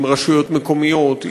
עם רשויות מקומיות,